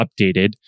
updated